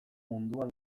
munduan